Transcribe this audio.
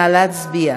נא להצביע.